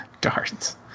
darts